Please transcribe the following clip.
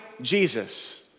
Jesus